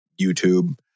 YouTube